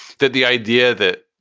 that the idea that,